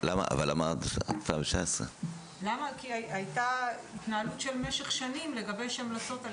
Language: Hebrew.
אבל אמרת 2019. כי הייתה התנהלות במשך שנים לגבש המלצות על